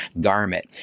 garment